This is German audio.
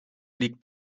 liegt